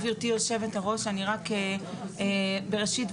גברתי, רק למען הסדר